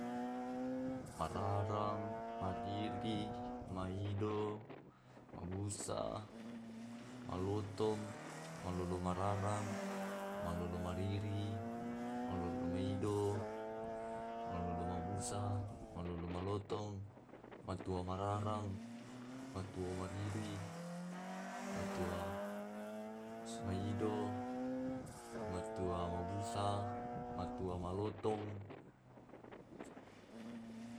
Mararang, mariri, marido, mabusa, malotong, malolo mararang, malolo mariri, malolo maido, malolo mamusa, malolomalotong, matua mararang, matua mariri, matua si maido, matua mabusa, matua malotong.